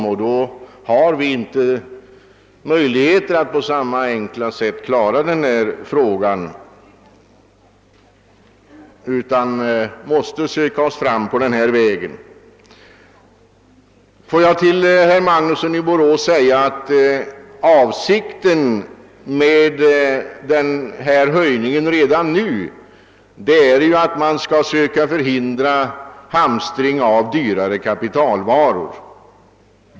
Vi har alltså inte möjlighet att på samma enkla vis som kommunisterna klara denna fråga, utan måste söka oss fram på den väg som nu är aktuell. För herr Magnusson i Borås vill jag påpeka att avsikten med en höjning redan nu är att söka förhindra hamstring av dyrare kapitalvaror.